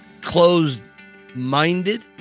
closed-minded